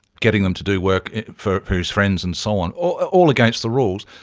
getting them to do work for his friends and so on, all against the rules.